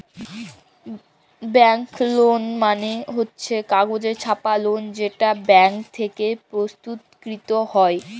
bank লোট মালে হচ্ছ কাগজে ছাপা লোট যেটা ব্যাঙ্ক থেক্যে প্রস্তুতকৃত হ্যয়